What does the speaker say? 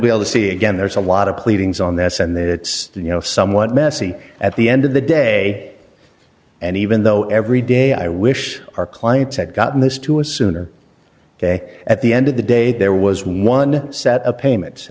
be able to see again there's a lot of pleadings on this and that it's you know somewhat messy at the end of the day and even though every day i wish our clients had gotten this to a sooner ok at the end of the day there was one set of payment